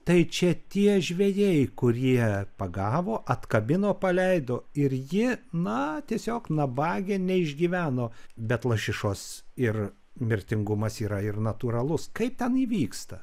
tai čia tie žvejai kurie pagavo atkabino paleido ir ji na tiesiog nabagė neišgyveno bet lašišos ir mirtingumas yra ir natūralus kaip ten įvyksta